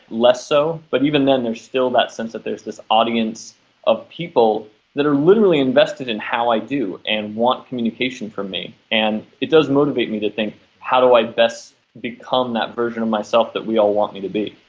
less so. but even then there's still that sense that there's this audience of people that are literally invested in how i do and want communication from me. and it does motivate me to think how do i best become that version of myself that we all want me to be.